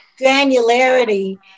granularity